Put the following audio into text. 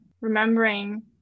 remembering